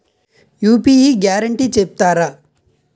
UPI guarantee చెప్తారా?